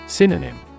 Synonym